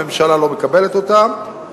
הממשלה לא מקבלת אותה,